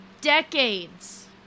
decades